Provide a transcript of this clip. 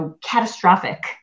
catastrophic